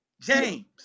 James